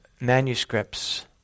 manuscripts